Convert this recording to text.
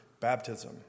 baptism